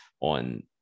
on